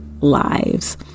lives